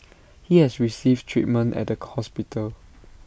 he has received treatment at the hospital